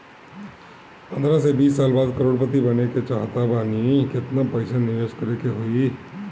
पंद्रह से बीस साल बाद करोड़ पति बने के चाहता बानी केतना पइसा निवेस करे के होई?